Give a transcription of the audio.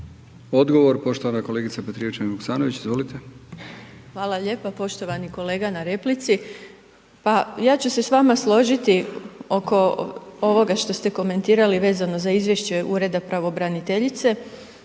izvolite. **Petrijevčanin Vuksanović, Irena (HDZ)** Hvala lijepo poštovani kolega na replici. Pa ja ću se s vama složiti oko ovoga što ste komentirati vezano za izvješća Ureda pravobraniteljice.